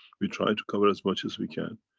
we try to cover as much as we can.